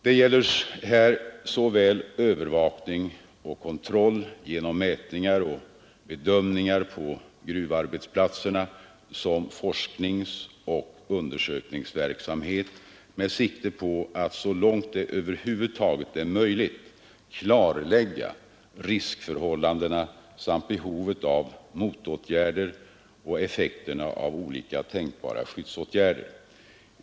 Det gäller såväl övervakning och kontroll genom mätningar och bedömningar på gruvarbetsplatserna som forskningsoch undersökningsverksamhet med sikte på att så långt det över huvud taget är möjligt klarlägga riskförhållandena samt behovet av motåtgärder och effekterna av olika tänkbara skyddsåtgärder.